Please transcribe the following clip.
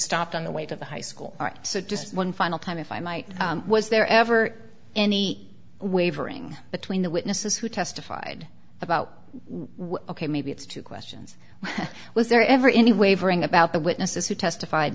stopped on the way to the high school so just one final time if i might was there ever any wavering between the witnesses who testified about ok maybe it's two questions was there ever any wavering about the witnesses who testif